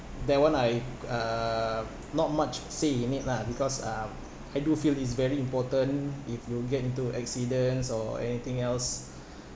that one I uh not much say in it lah because um I do feel it's very important if you get into accidents or anything else